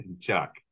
chuck